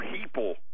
people